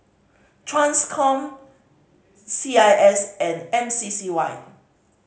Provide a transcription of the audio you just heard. Transcom C I S and M C C Y